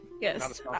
Yes